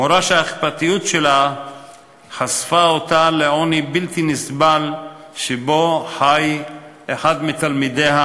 מורה שהאכפתיות שלה חשפה אותה לעוני בלתי נסבל שבו חי אחד מתלמידיה,